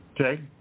Okay